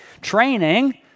training